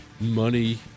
money